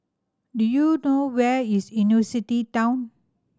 do you know where is University Town